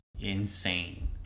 insane